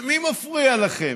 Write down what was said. מי מפריע לכם?